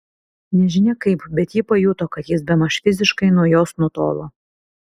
nežinia kaip bet ji pajuto kad jis bemaž fiziškai nuo jos nutolo